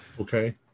Okay